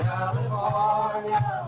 California